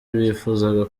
bifuzaga